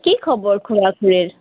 কি খবৰ খুৰা খুৰীৰ